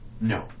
No